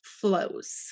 flows